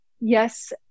Yes